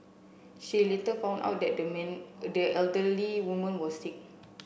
she later found out that the man the elderly woman was sick